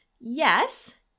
Yes